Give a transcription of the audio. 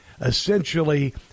essentially